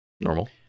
Normal